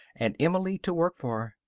and emily to work for.